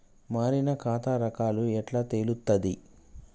మారిన ఖాతా రకాలు ఎట్లా తెలుత్తది?